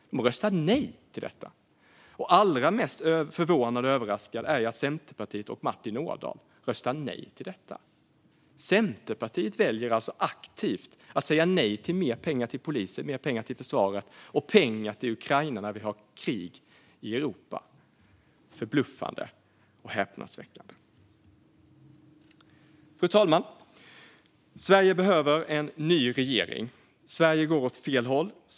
De röstar nej till detta. Allra mest förvånad och överraskad är jag över att Centerpartiet och Martin Ådahl röstar nej till detta. Centerpartiet väljer aktivt att säga nej till mer pengar till polisen, till mer pengar till försvaret och till pengar till Ukraina när vi har ett krig i Europa. Det är förbluffande och häpnadsväckande. Fru talman! Sverige behöver en ny regering. Det går åt fel håll i Sverige.